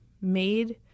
made –